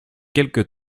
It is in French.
quelque